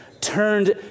turned